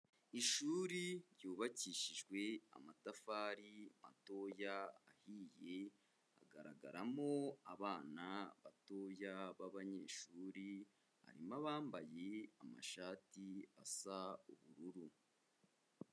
Ishuri ryubakishijwe amatafari matoya ahiye hagaragaramo abana batoya b'abanyeshuri, harimo abambaye amashati asa ubururu.